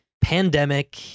pandemic